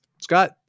Scott